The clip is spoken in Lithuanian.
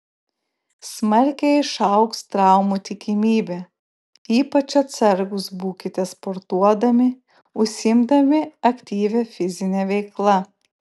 smarkiai išaugs traumų tikimybė ypač atsargūs būkite sportuodami užsiimdami aktyvia fizine veikla